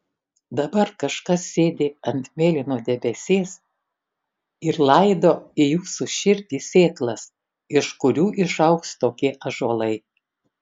dabar kažkas sėdi ant mėlyno debesies ir laido į jūsų širdį sėklas iš kurių išaugs tokie ąžuolai